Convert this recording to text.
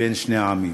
בין שני עמים.